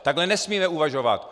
Takhle nesmíme uvažovat!